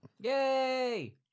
Yay